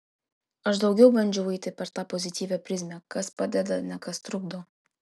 aš daugiau bandžiau eiti per tą pozityvią prizmę kas padeda ne kas trukdo